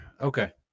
Okay